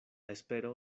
espero